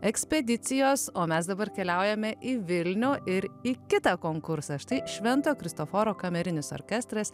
ekspedicijos o mes dabar keliaujame į vilnių ir į kitą konkursą štai švento kristoforo kamerinis orkestras